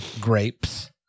Grapes